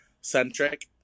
centric